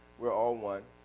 we're all one.